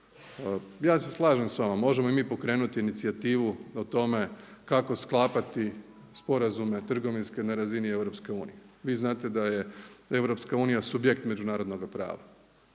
Ja se slažem s vama, možemo i mi pokrenuti inicijativu o tome kako sklapati sporazume trgovinske na razini EU. Vi znate da je EU subjekt međunarodnoga prava,